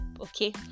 okay